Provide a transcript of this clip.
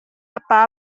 apa